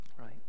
right